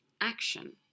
action